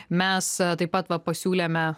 mes taip pat va pasiūlėme